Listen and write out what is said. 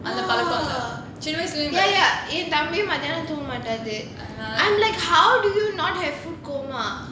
oh ya ya சின்ன வயசுல இருந்தே என் தம்பியும் மதியம் தூங்கமாட்டான்:chinna vayasula irunthae en thambiyum madhiyam thoonga maattaan I'm like how do you not have food coma